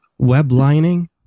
Weblining